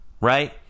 right